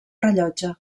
rellotge